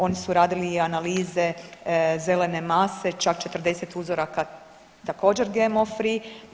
Oni su radili i analize zelene mase, čak 40 uzoraka također GMO free.